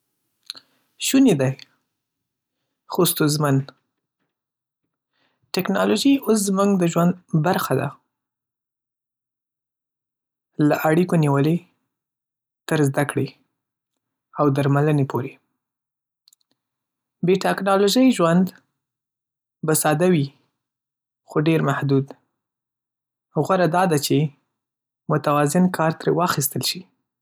شونې ده، خو ستونزمن. ټکنالوژي اوس زموږ د ژوند برخه ده — له اړیکو نیولې تر زده کړې او درملنې پورې. بې‌ټکنالوژۍ ژوند به ساده وي، خو ډېر محدود. غوره دا ده چې متوازن کار ترې واخیستل شي.